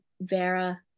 Vera